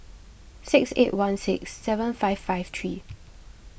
six eight one six seven five five three